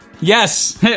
yes